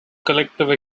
collective